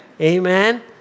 Amen